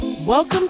Welcome